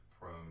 prone